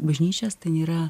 bažnyčias ten yra